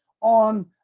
on